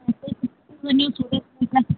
सूरत ठीकु आहे